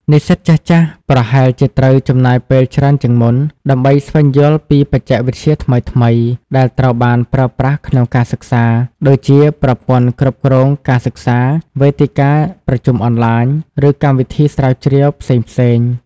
និស្សិតចាស់ៗប្រហែលជាត្រូវចំណាយពេលច្រើនជាងមុន ដើម្បីស្វែងយល់ពីបច្ចេកវិទ្យាថ្មីៗដែលត្រូវបានប្រើប្រាស់ក្នុងការសិក្សា ដូចជាប្រព័ន្ធគ្រប់គ្រងការសិក្សា វេទិកាប្រជុំអនឡាញ ឬកម្មវិធីស្រាវជ្រាវផ្សេងៗ។